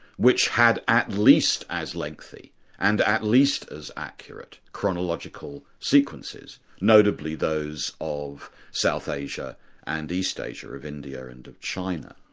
which had at least as lengthy and at least as accurate, chronological sequences, notably those of south asia and east asia, of india and china.